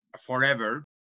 forever